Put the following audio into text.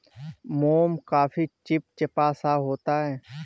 मोम काफी चिपचिपा सा होता है